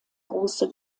große